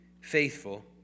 faithful